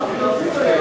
אתה מחליט?